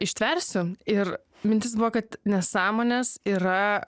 ištversiu ir mintis buvo kad nesąmonės yra